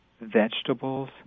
vegetables